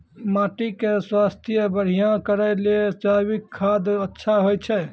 माटी के स्वास्थ्य बढ़िया करै ले जैविक खाद अच्छा होय छै?